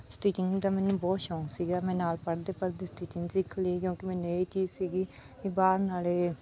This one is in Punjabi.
ਸਟੀਚਿੰਗ ਦਾ ਮੈਨੂੰ ਬਹੁਤ ਸ਼ੌਂਕ ਸੀਗਾ ਮੈਂ ਨਾਲ ਪੜ੍ਹਦੇ ਪੜ੍ਹਦੇ ਸਟੀਚਿੰਗ ਸਿਖ ਲਈ ਕਿਉਂਕਿ ਮੈਨੂੰ ਇਹ ਚੀਜ਼ ਸੀਗੀ ਕਿ ਬਾਹਰ ਨਾਲੇ